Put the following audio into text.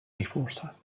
میپرسم